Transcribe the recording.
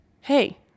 hey